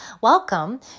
Welcome